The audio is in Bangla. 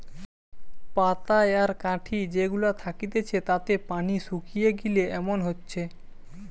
পাতায় আর কাঠি যে গুলা থাকতিছে তাতে পানি শুকিয়ে গিলে এমন হচ্ছে